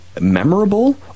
memorable